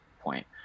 point